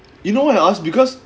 you know why I asked because